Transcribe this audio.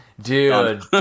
dude